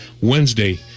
Wednesday